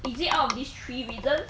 is it out of these three reasons